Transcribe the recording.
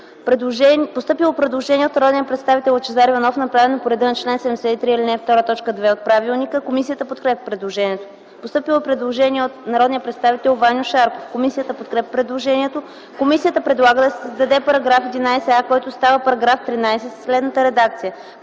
Постъпило е предложение от народния представител Лъчезар Иванов, направено по реда на чл. 73, ал. 2, т. 2 от правилника. Комисията подкрепя предложението. Постъпило е предложение от народния представител Ваньо Шарков. Комисията подкрепя предложението. Комисията предлага да се създаде § 11а, който става § 13, със следната редакция: